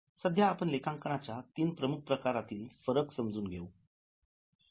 सध्या आपण लेखांकनाच्या तीन प्रमुख प्रकारातील फरक समजून घेऊ